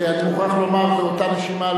ואני מוכרח לומר באותה נשימה,